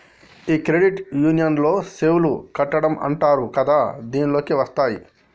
ఈ క్రెడిట్ యూనియన్లో సిప్ లు కట్టడం అంటారు కదా దీనిలోకి వత్తాయి